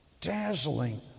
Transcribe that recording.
dazzling